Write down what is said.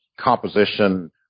composition